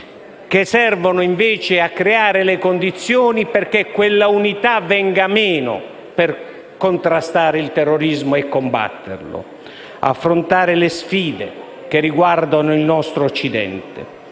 che servono invece a creare le condizioni perché venga meno quell'unità per contrastare il terrorismo e combatterlo, affrontare le sfide che riguardano il nostro Occidente.